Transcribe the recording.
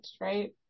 right